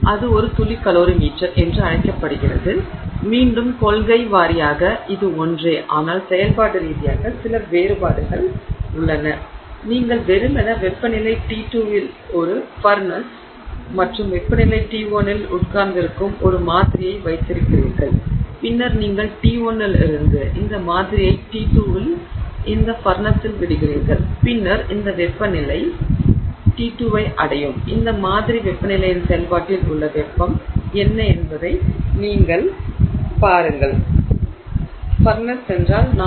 எனவே அது ஒரு துளி கலோரிமீட்டர் என்று அழைக்கப்படுகிறது எனவே மீண்டும் கொள்கை வாரியாக இது ஒன்றே ஆனால் செயல்பாட்டு ரீதியாக சில வேறுபாடுகள் உள்ளன நீங்கள் வெறுமனே வெப்பநிலை T2 இல் ஒரு ஃபர்னஸ் மற்றும் வெப்பநிலை T1 இல் உட்கார்ந்திருக்கும் ஒரு மாதிரியை வைத்திருக்கிறீர்கள் பின்னர் நீங்கள் T1 இல் இருந்து இந்த மாதிரியை T2 இல் இந்த ஃபர்னஸில் விடுகிறீர்கள் பின்னர் இந்த வெப்பநிலை T2 ஐ அடையும் இந்த மாதிரி வெப்பநிலையின் செயல்பாட்டில் உள்ள வெப்பம் என்ன என்பதை நீங்கள் பாருங்கள்